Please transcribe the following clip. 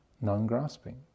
non-grasping